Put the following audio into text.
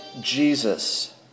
Jesus